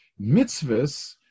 Mitzvahs